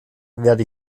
werde